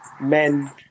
men